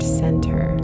center